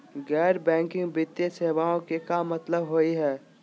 गैर बैंकिंग वित्तीय सेवाएं के का मतलब होई हे?